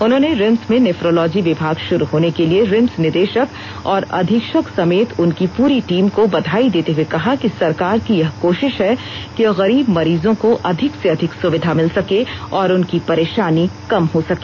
उन्होंने रिम्स में नेफ्रोलॉजी विभाग शुरू होने के लिए रिम्स निदेशक और अधीक्षक समेत उनकी पूरी टीम को बधाई देते हए कहा कि सरकार की यह कोशिश है कि गरीब मरीजों को अधिक से अधिक सुविधा मिल सके और उनकी परेशानी कम हो सके